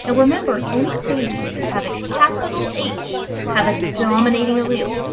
ah remember any babies that have a capital h have a dominating allele,